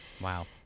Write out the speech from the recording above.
Wow